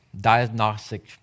diagnostic